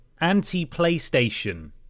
anti-PlayStation